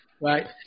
right